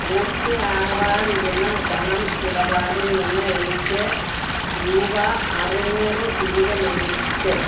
പൂർത്തിയാവാതിരുന്ന പണം ഇടപാടിൽ നിന്ന് എനിക്ക് രൂപ അറുനൂറ് തിരികെ ലഭിച്ചോ